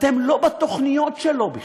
אתם לא בתוכניות שלו בכלל,